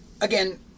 again